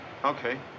Okay